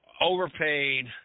overpaid